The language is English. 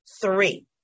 Three